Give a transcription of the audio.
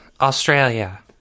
Australia